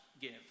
give